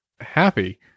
happy